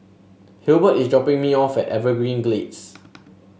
Hilbert is dropping me off at Evergreen Gardens